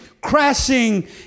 crashing